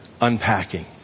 unpacking